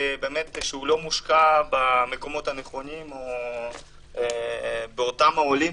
שהוא לא מושקע במקומות הנכונים או באותם העולים,